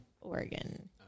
Oregon